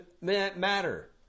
matter